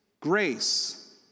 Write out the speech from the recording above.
grace